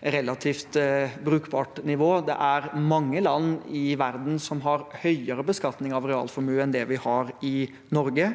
Det er mange land i verden som har høyere beskatning av realformue enn det vi har i Norge.